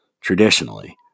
traditionally